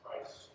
Christ